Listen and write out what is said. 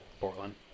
Portland